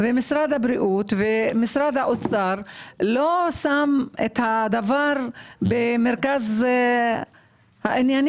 משרד הבריאות והאוצר לא שמים את הדבר במרכז העניינים.